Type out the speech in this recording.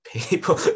people